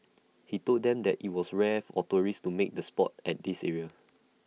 he told them that IT was rare of tourists to make the Sport at this area